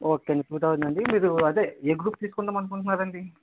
okay అండి two థౌసండా అండి మీరు అదే ఏ గ్రూప్ తీసుకుందామనుకుంటన్నారండి